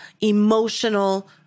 emotional